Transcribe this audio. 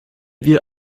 wir